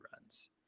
runs